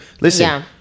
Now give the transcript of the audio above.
listen